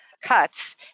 cuts